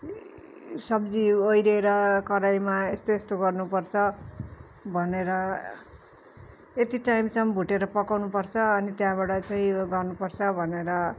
सब्जी ओइरेर कराईमा यस्तो यस्तो गर्नुपर्छ भनेर यति टाइमसम्म भुटेर पकाउनुपर्छ अनि त्यहाँबाट चाहिँ यो गर्नुपर्छ भनेर